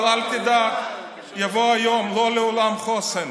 אבל אל תדאג, יבוא היום, לא לעולם חוסן.